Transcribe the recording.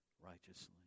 righteously